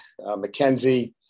McKenzie